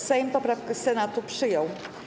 Sejm poprawki Senatu przyjął.